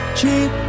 cheap